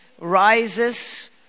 rises